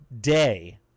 day